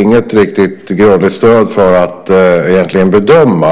inget riktigt grundligt stöd för att egentligen bedöma.